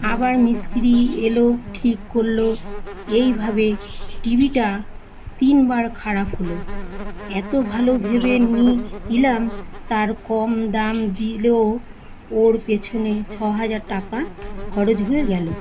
আবার মিস্ত্রি এলো ঠিক করলো এইভাবে টিভিটা তিনবার খারাপ হলো এত ভালো ভেবে নি নিলাম তার কম দাম দিলো ওর পেছনে ছ হাজার টাকা খরচ হয়ে গেলো